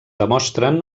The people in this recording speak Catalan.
demostren